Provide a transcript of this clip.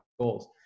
goals